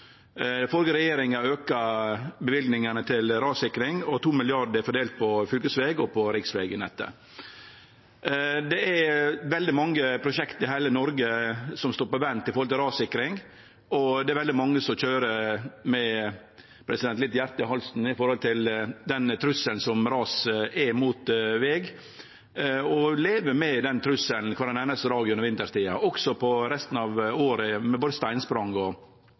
regjeringa auka løyvingane til rassikring, og dei 2 mrd. kr er fordelte på fylkesveg og på riksvegnettet. Det er veldig mange prosjekt i heile Noreg som står på vent når det gjeld rassikring, og det er veldig mange som køyrer litt med hjartet i halsen med tanke på den trugselen som ras er mot veg, og som kvar einaste dag gjennom vintertida – og i resten av året – lever med trugselen om steinsprang og